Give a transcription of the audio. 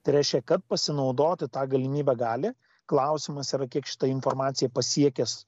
tai reiškia kad pasinaudoti ta galimybe gali klausimas yra kiek šita informacija pasiekęs